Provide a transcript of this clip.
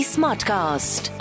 Smartcast